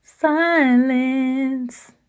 Silence